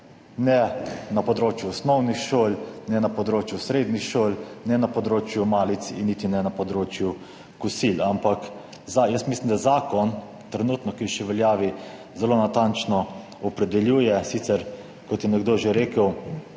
ne na področju osnovnih šol, ne na področju srednjih šol, ne na področju malic in niti ne na področju kosil. Jaz mislim, da zakon, ki je še trenutno v veljavi, zelo natančno opredeljuje. Kot je sicer nekdo že rekel,